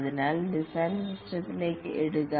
അതിനാൽ ഡിസൈൻ സിസ്റ്റത്തിലേക്ക് ഇടുക